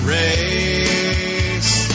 race